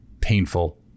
painful